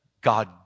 God